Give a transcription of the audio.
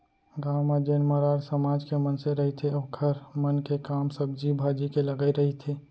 गाँव म जेन मरार समाज के मनसे रहिथे ओखर मन के काम सब्जी भाजी के लगई रहिथे